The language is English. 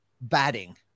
batting